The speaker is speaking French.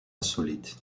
insolites